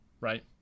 right